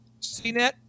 CNET